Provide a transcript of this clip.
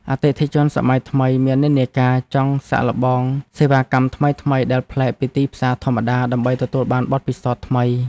អតិថិជនសម័យថ្មីមាននិន្នាការចង់សាកល្បងសេវាកម្មថ្មីៗដែលប្លែកពីទីផ្សារធម្មតា ដើម្បីទទួលបានបទពិសោធន៍ថ្មី។